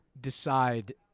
decide